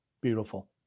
beautiful